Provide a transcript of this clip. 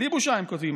בלי בושה הם כותבים,